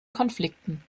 konflikten